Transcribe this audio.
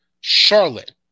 Charlotte